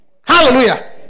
hallelujah